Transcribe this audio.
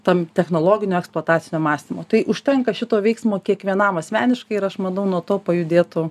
tam technologinio eksploatacinio mąstymo tai užtenka šito veiksmo kiekvienam asmeniškai ir aš manau nuo to pajudėtų